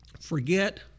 Forget